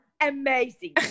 amazing